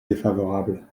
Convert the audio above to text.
défavorable